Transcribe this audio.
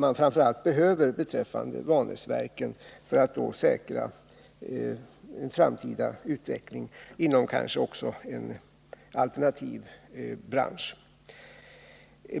som framför allt behövs beträffande Vanäsverken för att säkra en framtida utveckling, kanske också inom en alternativ bransch.